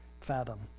fathom